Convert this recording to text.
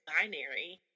binary